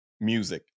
music